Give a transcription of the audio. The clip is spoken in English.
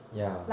yeah